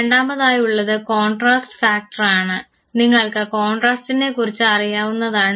രണ്ടാമതായുള്ളത് contrast ഫാക്ടറാണ് നിങ്ങൾക്ക് കോൺട്രാസ്റ്റിനെ കുറിച്ച് അറിയാവുന്നതാണ്